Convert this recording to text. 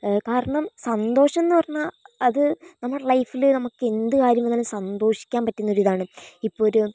കാരണം സന്തോഷം എന്ന് പറഞ്ഞാൽ അത് നമ്മുടെ ലൈഫില് നമ്മുക്ക് എന്ത് കാര്യം വന്നാലും സന്തോഷിക്കാൻ പറ്റുന്ന ഒരിതാണ് ഇപ്പോൾ ഒരു